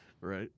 Right